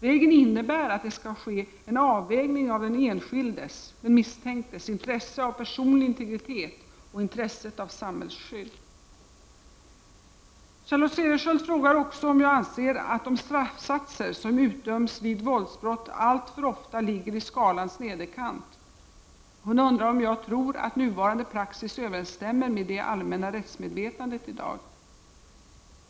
Regeln innebär att det skall ske en avvägning av den enskildes — den misstänktes — intresse av personlig integritet och intresse av samhällsskydd. Charlotte Cederschiöld frågar också om jag anser att de straffsatser som utdöms vid våldsbrott alltför ofta ligger i skalans nederkant. Hon undrar om jag tror att nuvarande praxis överensstämmer med det allmänna rättsmedvetandet i dag.